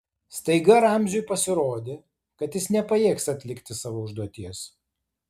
staiga ramziui pasirodė kad jis nepajėgs atlikti savo užduoties